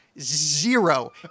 zero